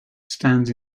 stands